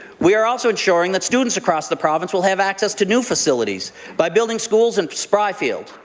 we are also ensuring that students across the province will have access to new facilities by building schools in spyfield,